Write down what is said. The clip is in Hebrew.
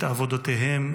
את עבודותיהם,